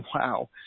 Wow